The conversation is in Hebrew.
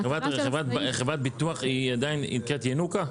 חברת ביטוח עדיין נקראת ינוקא?